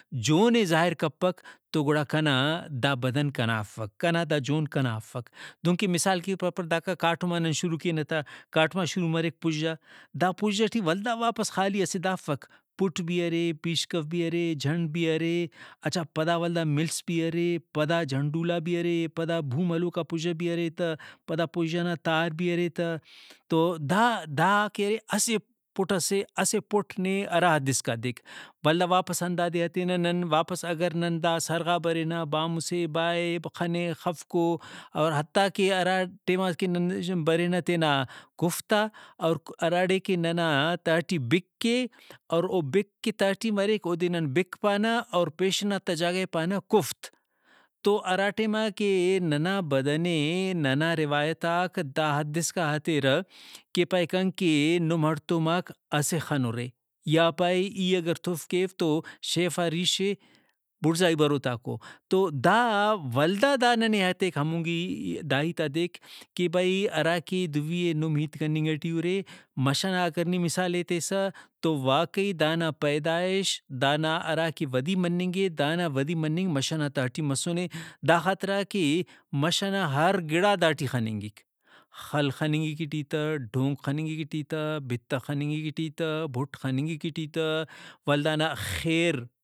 جون ئے ظاہرکپک تو گڑآ کنا دا بدن کنا افک کنا دا جون کنا افک دُنکہ مثال کہ او پاپک داکا کاٹما نن شروع کینہ تہ کاٹما شروع مریک پُژہ دا پُژہ ٹی ولدا واپس خالی اسہ دا افک پُٹ بھی ارے پیشکو بھی ارے جھنڈ بھی ارے اچھا پدا ولدا ملس بھی ارے پدا جھنڈولا بھی پدا بھوم ہلوکا پُژہ بھی ارے تہ پدا پُژہ نا تار بھی ارے تہ تو دا دا کہ ارے اسہ پُٹ ئسے اسہ پُٹ نے ہرا حد اسکا دیک ۔ولدا واپس ہندادے ہتینہ نن واپس اگر نن دا سرغا برنہ بامسے بائے خنے خفکو اور حتیٰ کہ ہرا ٹائماکہ نن برینہ تینا کُفتا اور ہراڑے کہ ننا تہٹی بِک اے اور او بک کہ تہٹی مریک اودے نن بِک پانہ اور پیشن نا تہ جاگہ ئے پانہ کُفت تو ہراٹائماکہ ننا بدن ئے ننا روایتاک دا حد اسکا ہتیرہ کہ پائے کنکہ نم ہڑتوماک اسہ خن اٗرے یا پائے ای اگر تُف کیو تو شیفا ریشے بُڑزاہی بروتاکو۔ تو دا ولدا دا ننے ہتیک ہمونگی دا ہیتادیک کہ بھئی ہرا کہ دُوی ئے نم ہیت کننگ ٹی اُرے مش ئنا اگر نی مثالے تیسہ تو واقعی دانا پیدائش دانا ہراکہ ودی مننگ اے دانا ودی مننگ مَش ئنا تہٹی مسنے دا خاطراکہ مَش ئنا ہر گڑا داٹی خننگک۔ خل خننگ ایٹی تہ ڈھونک خننگک ایٹی تہ بِتہ خننگک ایٹی تہ بُھٹ خننگک ایٹی تہ ولدانا خیر